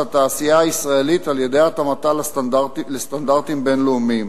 התעשייה הישראלית על-ידי התאמתה לסטנדרטים בין-לאומיים.